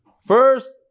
First